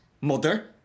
Mother